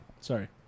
Sorry